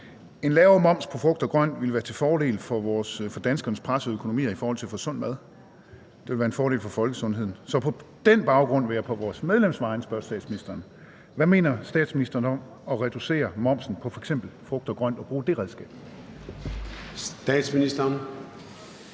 En lavere moms på frugt og grønt ville være til fordel for danskernes pressede økonomi og i forhold til at få sund mad. Det vil være en fordel for folkesundheden. Så på den baggrund vil jeg på vores medlems vegne spørge statsministeren, hvad statsministeren mener om at reducere momsen på f.eks. frugt og grønt og bruge det redskab. Kl.